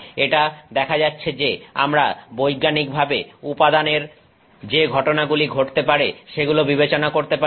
এটা দেখা যাচ্ছে যে আমরা বৈজ্ঞানিকভাবে উপাদানের যে ঘটনাগুলি ঘটতে পারে সেগুলো বিবেচনা করতে পারি